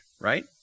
Right